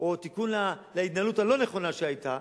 או תיקון להתנהלות הלא-נכונה שהיתה,